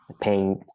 paying